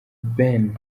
ben